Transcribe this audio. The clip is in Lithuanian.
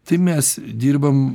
tai mes dirbam